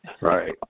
Right